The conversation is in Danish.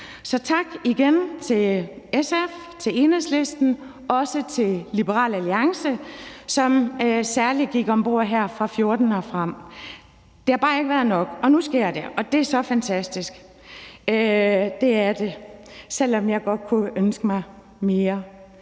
tak til SF, til Enhedslisten og også til Liberal Alliance, som særlig gik om bord fra 2014 og frem. Det har bare ikke været nok. Nu sker det, og det er så fantastisk, selv om jeg godt kunne ønske mig mere,